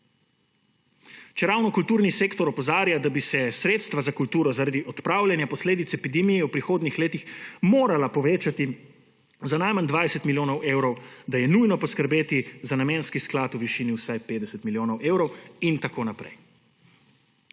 čeravno kulturni sektor opozarja, da bi se sredstva za kulturo zaradi odpravljanja posledic epidemije v prihodnjih letih morala povečati za najmanj 20 milijonov evrov, da je nujno poskrbeti za namenski sklad v višini vsaj 50 milijonov evrov in tako naprej.